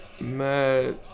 Mad